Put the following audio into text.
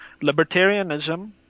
Libertarianism